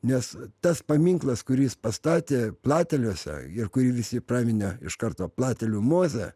nes tas paminklas kurį jis pastatė plateliuose ir kurį visi praminė iš karto platelių mozė